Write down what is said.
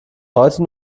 heute